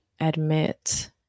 admit